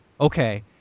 okay